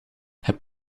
heb